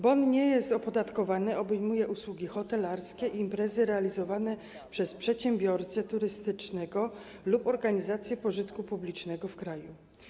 Bon nie jest opodatkowany, obejmuje usługi hotelarskie i imprezy realizowane przez przedsiębiorcę turystycznego lub organizację pożytku publicznego w kraju.